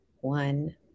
one